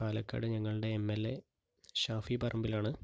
പാലക്കാട് ഞങ്ങളുടെ M L A Shafi പറമ്പിലാണ്